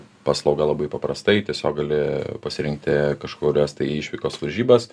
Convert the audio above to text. paslauga labai paprastai tiesiog gali pasirinkti kažkur estai išvykos varžybas